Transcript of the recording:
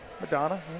Madonna